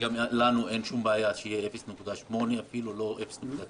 וגם לנו אין שום בעיה שיהיה 0.8, אפילו לא 0.9